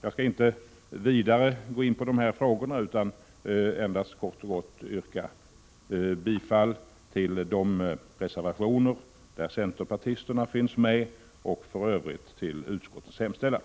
Jag skall inte gå in ytterligare på dessa frågor utan endast kort och gott yrka bifall till de reservationer där centerpartisterna finns med och i övrigt till utskottets hemställan.